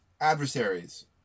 adversaries